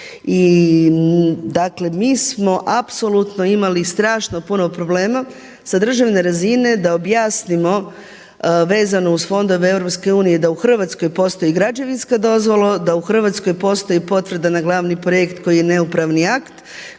I dakle, mi smo apsolutno imali strašno puno problema sa državne razine da objasnimo vezano uz fondove EU da u Hrvatskoj postoji građevinska dozvola, da u Hrvatskoj postoji potvrda na glavni projekt koji je neupravni akt,